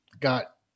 got